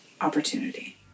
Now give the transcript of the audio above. opportunity